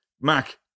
Mac